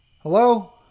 Hello